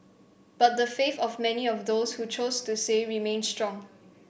but the faith of many of those who chose to say remains strong